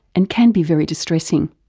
and can be very distressing.